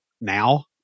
now